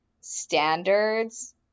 standards